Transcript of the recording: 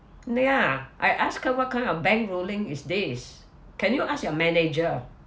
ya I ask her what kind of bank ruling is this can you ask your manager